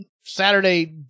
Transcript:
Saturday